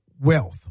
wealth